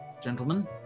gentlemen